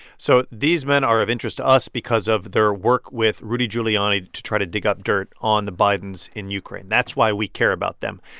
so these men are of interest to us because of their work with rudy giuliani to try to dig up dirt on the bidens in ukraine. that's why we care about them.